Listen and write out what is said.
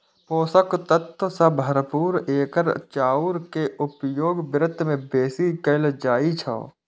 पोषक तत्व सं भरपूर एकर चाउर के उपयोग व्रत मे बेसी कैल जाइ छै